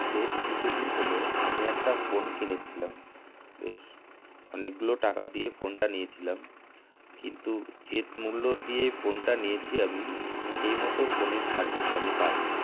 বেশ কিছুদিন হলো আমি একটা ফোন কিনেছিলাম বেশ অনেকগুলো টাকা দিয়ে ফোনটা নিয়েছিলাম কিন্তু যে মূল্য দিয়ে ফোনটা নিয়েছি আমি সেই মতো ফোনে সার্ভিস আমি পাইনি